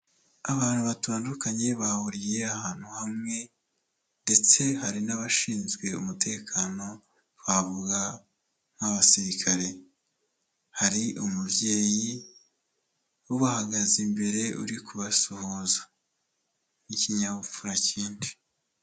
Abantu batandukanye bahuriye ahantu hamwe ndetse hari n'abashinzwe umutekano twavuga nk'abasirikare hari umubyeyi ubahagaze imbere uri kubasuhuza n'ikinyabupfura cyinshi.